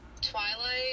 Twilight